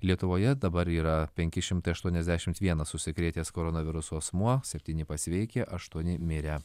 lietuvoje dabar yra penki šimtai aštuoniasdešimt vienas užsikrėtęs koronavirusu asmuo septyni pasveikę aštuoni mirė